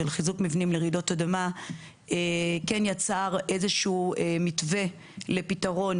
חיזוק מבנים לרעידות אדמה כן יצר איזשהו מתווה לפתרון